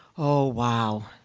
oh, wow.